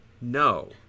No